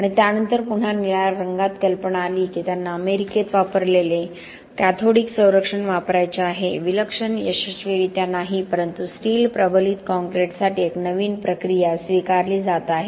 आणि त्यानंतर पुन्हा निळ्या रंगात कल्पना आली की त्यांना अमेरिकेत वापरलेले कॅथोडिक संरक्षण वापरायचे आहे विलक्षण यशस्वीरित्या नाही परंतु स्टील प्रबलित काँक्रीटसाठी एक नवीन प्रक्रिया स्वीकारली जात आहे